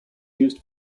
used